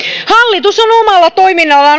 hallitus on omalla toiminnallaan